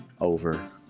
over